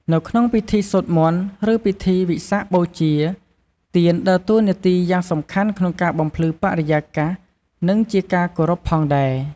នៅក្នុងពិធីសូត្រមន្ត ឬពិធីវិសាខបូជា ទៀនដើរតួនាទីយ៉ាងសំខាន់ក្នុងការបំភ្លឺបរិយាកាស និងជាការគោរពផងដែរ។